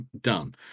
done